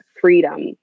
freedom